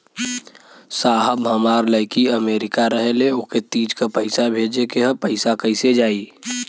साहब हमार लईकी अमेरिका रहेले ओके तीज क पैसा भेजे के ह पैसा कईसे जाई?